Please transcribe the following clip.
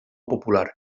popular